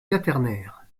quaternaire